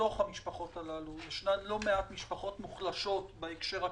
שבתוך המשפחות הללו יש לא מעט משפחות מוחלשות כלכלית,